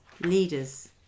leaders